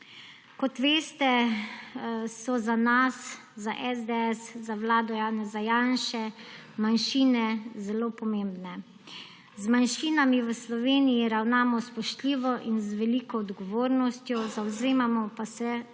Kot veste, so za nas, za SDS, za vlado Janeza Janše manjšine zelo pomembne. Z manjšinami v Sloveniji ravnamo spoštljivo in z veliko odgovornostjo, zavzemamo pa se,